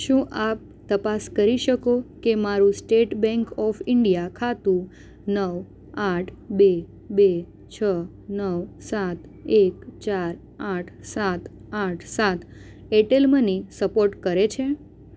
શું આપ તપાસ કરી શકો કે મારું સ્ટેટ બેંક ઓફ ઇન્ડિયા ખાતું નવ આઠ બે બે છ નવ સાત એક ચાર આઠ સાત આઠ સાત એરટેલ મની સપોર્ટ કરે છે